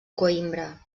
coïmbra